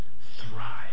thrive